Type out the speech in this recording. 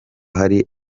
hari